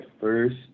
first